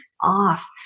off